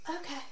Okay